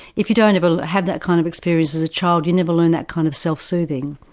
if you don't have ah have that kind of experience as a child you never learn that kind of self-soothing.